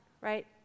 right